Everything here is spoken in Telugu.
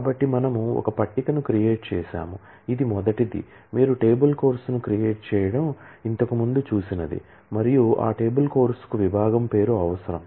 కాబట్టి మనము ఒక టేబుల్ ను క్రియేట్ చేసాం ఇది మొదటిది మీరు టేబుల్ కోర్సును క్రియేట్ చేయడం ఇంతకు ముందు చూసినది మరియు ఆ టేబుల్ కోర్సుకు విభాగం పేరు అవసరం